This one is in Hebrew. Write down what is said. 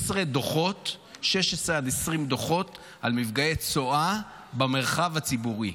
20 דוחות על מפגעי צואה במרחב הציבורי.